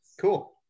Cool